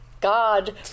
God